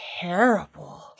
terrible